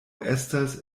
estas